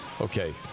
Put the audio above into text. Okay